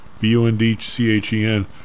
B-U-N-D-C-H-E-N